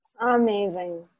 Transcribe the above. Amazing